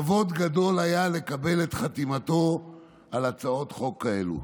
כבוד גדול היה לקבל את חתימתו על הצעות חוק כאלה.